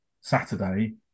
Saturday